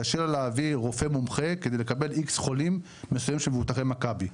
קשה להביא רופא מומחה כדי לקבל "איקס" חולים מבוטחי מכבי.